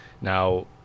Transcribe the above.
now